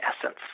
essence